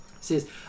says